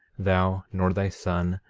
thou, nor thy son,